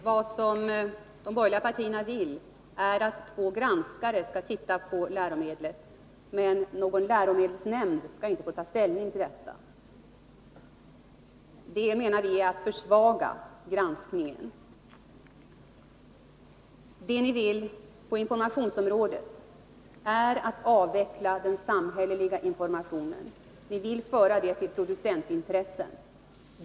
Fru talman! Vad de borgerliga partierna vill är att två granskare skall granska läromedlen, men någon läromedelsnämnd skall inte få ta ställning. Det är att försvaga granskningen, menar vi. På informationsområdet vill ni avveckla den samhälleliga informationen. Ni vill föra över den informationen på producentintressen.